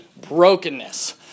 brokenness